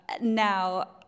now